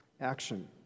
action